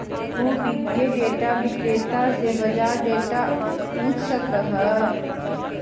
तु वित्तीय डेटा विक्रेता से बाजार डेटा पूछ सकऽ हऽ